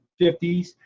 50s